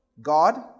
God